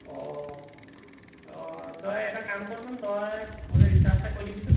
অঁ তই এটা কাম কৰচোন তই মোলৈ ৰিচাৰ্জ এটা কৰি দিবিচোন